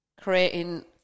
creating